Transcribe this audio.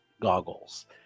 goggles